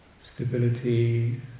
stability